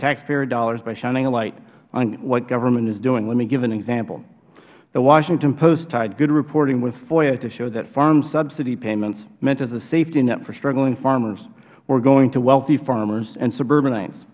taxpayer dollars by shining a light on what government is doing let me give you an example the washington post tied good reporting with foia to show that farm subsidy payments meant as a safety net for struggling farmers were going to wealthy farmers and suburbanites